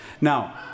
Now